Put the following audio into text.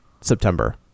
September